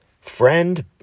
friend